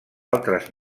altres